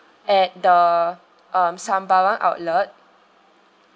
at the um sembawang outlet